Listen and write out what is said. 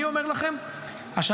אני אומר לכם שהשנה,